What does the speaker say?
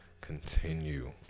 continue